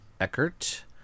Eckert